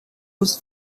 was